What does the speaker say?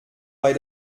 bei